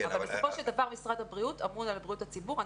בסופו של דבר משרד הבריאות אמון על בריאות הציבור.